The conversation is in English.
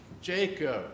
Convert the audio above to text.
Jacob